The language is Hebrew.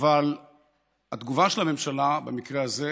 אבל התגובה של הממשלה במקרה הזה